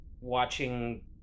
watching